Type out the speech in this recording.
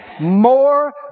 More